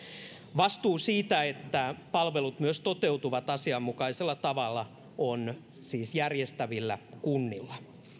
vastuu siitä että palvelut myös toteutuvat asianmukaisella tavalla on siis järjestävillä kunnilla